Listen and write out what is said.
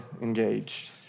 engaged